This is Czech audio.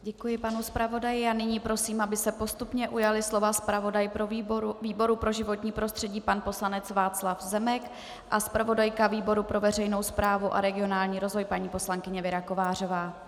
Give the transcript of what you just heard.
Děkuji panu zpravodaji a nyní prosím, aby se postupně ujali slova zpravodaj výboru pro životní prostředí pan poslanec Václav Zemek a zpravodajka výboru pro veřejnou správu a regionální rozvoj paní poslankyně Věra Kovářová.